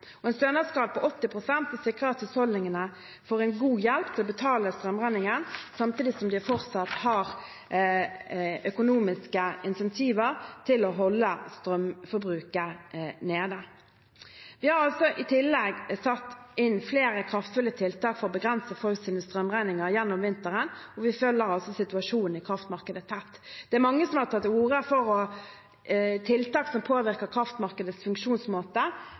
En stønadsgrad på 80 pst. sikrer at husholdningene får en god hjelp til å betale strømregningen, samtidig som de fortsatt har økonomiske insentiver til å holde strømforbruket nede. Vi har altså i tillegg satt inn flere kraftfulle tiltak for å begrense folks strømregninger gjennom vinteren, og vi følger situasjonen i kraftmarkedet tett. Det er mange som har tatt til orde for tiltak som påvirker kraftmarkedets funksjonsmåte.